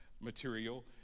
material